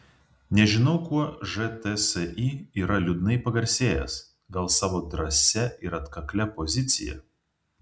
nežinau kuo žtsi yra liūdnai pagarsėjęs gal savo drąsia ir atkaklia pozicija